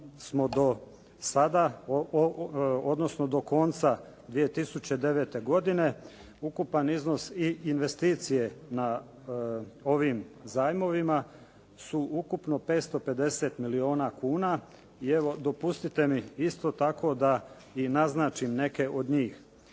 smo do sada, odnosno do konca 2009. godine ukupan iznos i investicije na ovim zajmovima su ukupno 550 milijuna kuna. I evo, dopustite mi isto tako da i naznačim neke od njih.